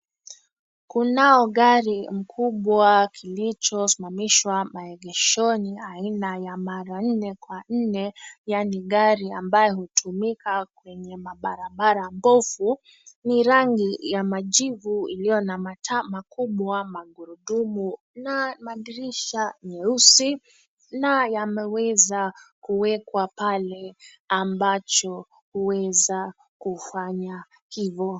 Kunao gari mkubwa kilichosimamishwa maegeshoni aina ya mara nne kwa nne yaani gari ambayo hutumika kwenye mabarabara mbovu. Ni rangi ya majivu iliyo na mataa makubwa, magurudumu na madirisha nyeusi na yameweza kuwekwa pale ambacho huweza kufanya hivo.